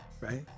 right